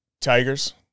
Tigers